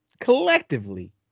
collectively